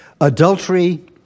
Adultery